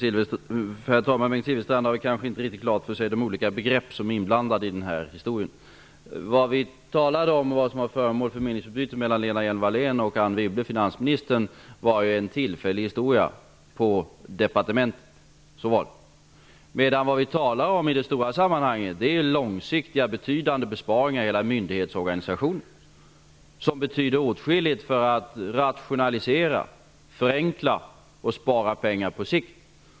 Herr talman! Bengt Silfverstrand har kanske inte riktigt klart för sig de olika begreppen i sammanhanget. Vad vi talade om och vad som var föremål för ett meningsutbyte mellan Lena Hjelm-Wallén och finansminister Anne Wibble var en tillfällig historia på departementet. Så var det. Men vad vi talar om i det stora sammanhanget är långsiktiga betydande besparingar i hela myndighetsorganisationen, som betyder åskilligt när det gäller att rationalisera, förenkla och spara pengar på sikt.